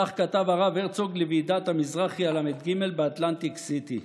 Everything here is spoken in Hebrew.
כך כתב הרב הרצוג לוועידת המזרחי הל"ג באטלנטיק סיטי: